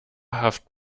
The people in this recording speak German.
haft